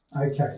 Okay